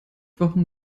wochen